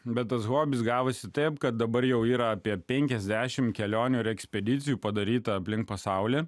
bet ir hobis gavosi taip kad dabar jau yra apie penkiasdešim kelionių ir ekspedicijų padaryta aplink pasaulį